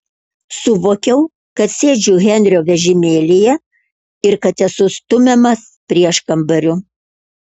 suvokiau kad sėdžiu henrio vežimėlyje ir kad esu stumiamas prieškambariu